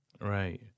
Right